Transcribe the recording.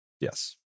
yes